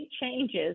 changes